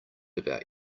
about